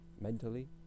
mentally